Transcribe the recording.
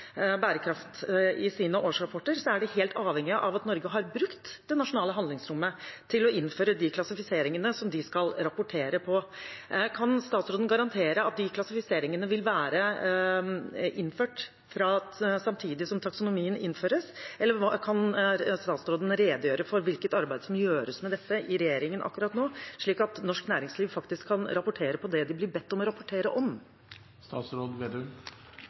bærekraft i sine årsrapporter er næringslivet helt avhengig av at Norge har brukt det nasjonale handlingsrommet til å innføre de klassifiseringene som de skal rapportere på. Kan statsråden garantere at de klassifiseringene vil være innført samtidig som taksonomien innføres, eller kan statsråden redegjøre for hvilket arbeid som gjøres med dette i regjeringen akkurat nå, slik at norsk næringsliv faktisk kan rapportere på det de blir bedt om å rapportere